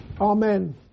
Amen